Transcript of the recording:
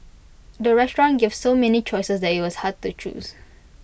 the restaurant gave so many choices that IT was hard to choose